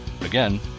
Again